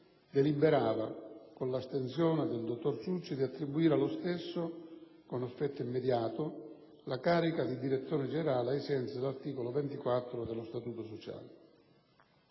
deliberava, con l'astensione del dottor Ciucci, di attribuire allo stesso, con effetto immediato, la carica di direttore generale, ai sensi dell'articolo 24 dello statuto sociale.